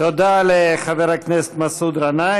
אל תכליל, תודה לחבר הכנסת מסעוד גנאים.